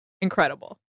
Incredible